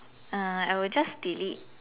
uh I would just delete